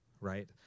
right